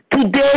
Today